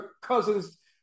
Cousins